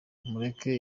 mureke